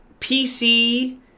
PC